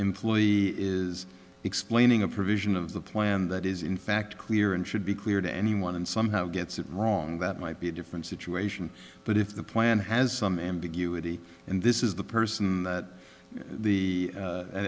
employee is explaining a provision of the plan that is in fact clear and should be clear to anyone and somehow gets it wrong that might be a different situation but if the plan has some ambiguity and this is the person th